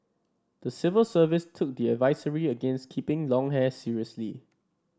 the civil service took the advisory against keeping long hair seriously